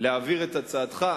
להעביר את הצעתך,